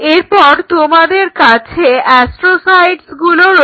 এরপর তোমাদের কাছে অ্যাস্ট্রোসাইটগুলো রয়েছে